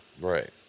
Right